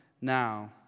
now